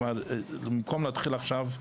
ובמקום להתחיל עכשיו מהתחלה,